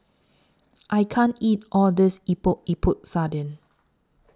I can't eat All of This Epok Epok Sardin